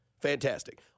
Fantastic